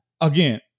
again